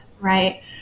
right